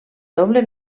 doble